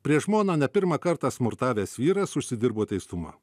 prieš žmoną ne pirmą kartą smurtavęs vyras užsidirbo teistumą